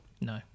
No